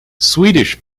swedish